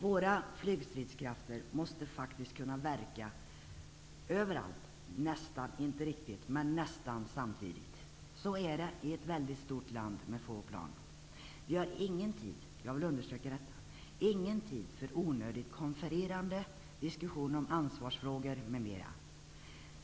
Våra flygstridskrafter måste faktiskt kunna verka överallt nästan samtidigt. Så är det i ett väldigt stort land med få plan. Vi har ingen tid -- det vill jag understryka -- för onödigt konfererande och diskussioner om ansvarsfrågor m.m.